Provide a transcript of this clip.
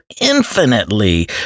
infinitely